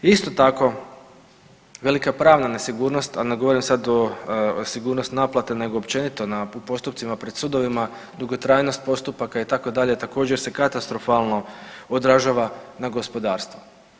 Isto tako velika pravna nesigurnost, a da ne govorim sad o sigurnosti naplate nego općenito u postupcima pred sudovima dugotrajnost postupaka itd. također se katastrofalno odražava na gospodarstvo.